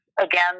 again